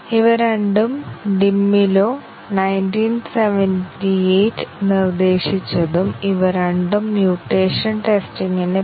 ഇന്ന് നമ്മൾ ഒരു ഫോൾട്ട് ബേസ്ഡ് പരിശോധനയായ മ്യൂട്ടേഷൻ ടെസ്റ്റിംഗ് നോക്കും